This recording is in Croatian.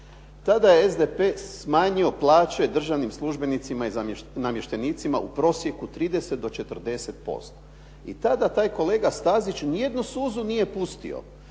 Tada je SDP smanjio plaće državnim službenicima i namještenicima u prosjeku 30 do 40% i tada taj kolega Stazić nijednu suzu nije pustio,